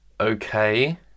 Okay